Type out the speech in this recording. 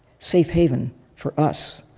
safe haven for us.